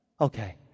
Okay